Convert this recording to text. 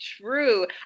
true